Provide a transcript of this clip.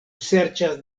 serĉas